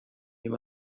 you